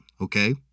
Okay